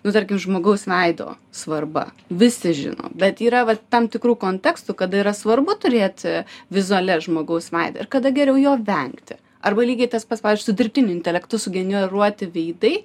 nu tarkim žmogaus veido svarba visi žino bet yra va tam tikrų kontekstų kada yra svarbu turėti vizuale žmogaus veidą ir kada geriau jo vengti arba lygiai tas pats pavyzdžiui su dirbtiniu intelektu sugeneruoti veidai